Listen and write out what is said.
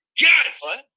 Yes